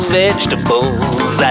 vegetables